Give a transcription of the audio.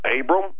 Abram